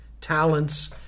talents